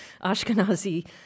Ashkenazi